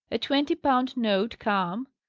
a twenty-pound note come!